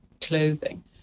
clothing